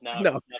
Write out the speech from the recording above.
no